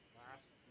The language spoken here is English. last